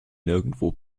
nirgendwo